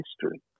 history